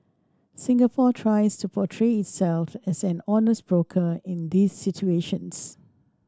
Singapore tries to portray itself as an honest broker in these situations